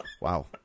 Wow